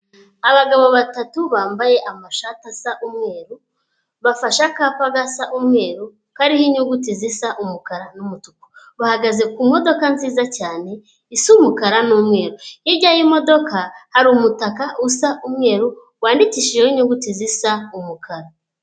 Abagabo batatu bambaye amashati asa umweru, bafashe akapa gasa umweru, kariho inyuguti zisa umukara n'umutuku. Bahagaze ku modoka nziza cyane, isa umukara n'umweru. Hirya y'imodoka, hari umutaka usa umweru, wandikishijeho inyuguti zisa umukara.